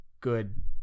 good